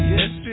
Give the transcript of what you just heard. Yes